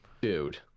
dude